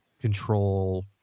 control